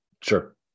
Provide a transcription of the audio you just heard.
Sure